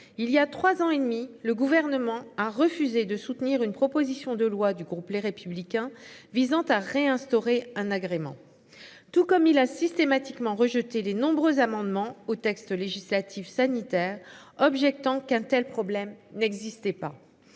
il y a 3 ans et demi le gouvernement a refusé de soutenir une proposition de loi du groupe Les Républicains visant à réinstaurer un agrément. Tout comme il a systématiquement rejeté les nombreux amendements au texte législatif sanitaire objectant qu'un tel problème n'existait pas.